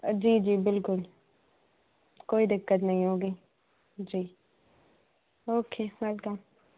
जी जी बिल्कुल कोई दिक़्क़त नहीं होगी जी ओके वेलकम